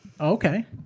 Okay